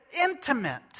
intimate